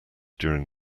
during